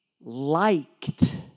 liked